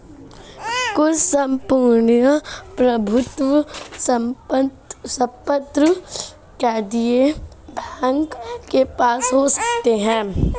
कुछ सम्पूर्ण प्रभुत्व संपन्न एक केंद्रीय बैंक के पास हो सकते हैं